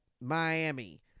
Miami